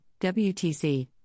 WTC